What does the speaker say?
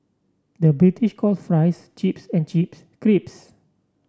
the British calls fries chips and chips creeps